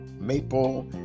Maple